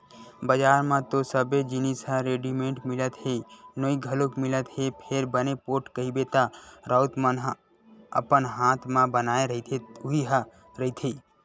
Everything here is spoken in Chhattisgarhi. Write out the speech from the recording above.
बजार म तो सबे जिनिस ह रेडिमेंट मिलत हे नोई घलोक मिलत हे फेर बने पोठ कहिबे त राउत मन ह अपन हात म बनाए रहिथे उही ह रहिथे